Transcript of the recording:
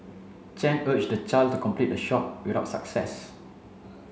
Chen urged the child to complete the shot without success